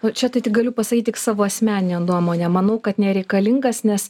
nu čia tai tik galiu pasakyt tik savo asmeninę nuomonę manau kad nereikalingas nes